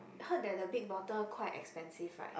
heard that the big bottle quite expensive right